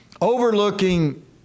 overlooking